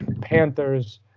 Panthers